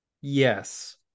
yes